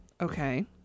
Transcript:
Okay